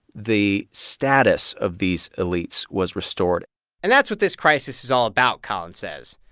the status of these elites was restored and that's what this crisis is all about, colin says.